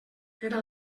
era